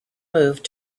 moved